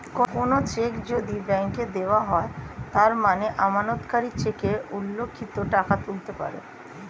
কোনো চেক যদি ব্যাংকে দেওয়া হয় তার মানে আমানতকারী চেকে উল্লিখিত টাকা তুলতে পারে